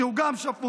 שגם הוא שפוט,